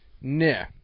Nah